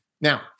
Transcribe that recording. now